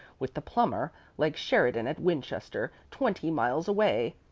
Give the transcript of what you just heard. with the plumber, like sheridan at winchester, twenty miles away.